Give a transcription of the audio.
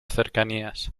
cercanías